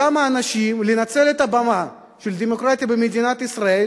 לנצל את הבמה של הדמוקרטיה במדינת ישראל